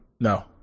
No